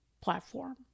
platform